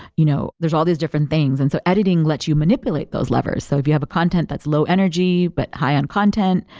you know all these different things. and so editing let you manipulate those levers. so if you have a content that's low energy but high-end content,